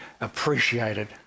appreciated